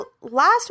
last